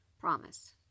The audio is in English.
promise